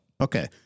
Okay